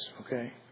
Okay